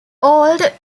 old